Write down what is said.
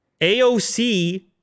AOC